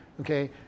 Okay